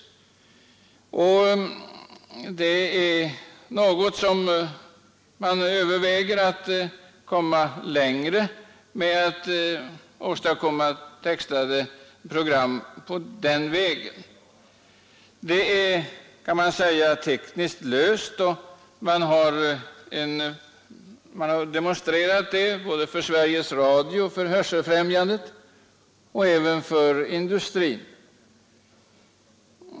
Ja, man överväger för närvarande att gå på den vägen när det gäller att åstadkomma textade program. Man kan också säga att problemet rent tekniskt är löst. Det har demonstrerats för såväl Sveriges Radio som för Hörselfrämjandet och för industrin.